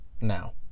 Now